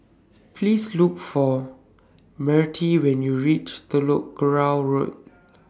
Please Look For Mertie when YOU REACH Telok Kurau Road